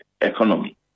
economy